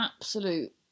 absolute